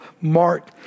Mark